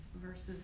versus